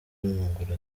w’amaguru